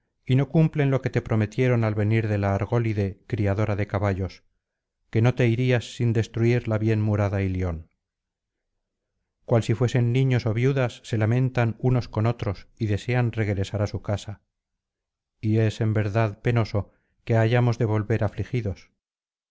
y no cumplen lo que te prometieron al venir de la argólide criadora de caballos que no te irías sin destruir la bien murada ilion cual si fuesen niños ó viudas se lamentan unos con otros y desean regresar á su casa y es en verdad penoso que hayamos de volver afligidos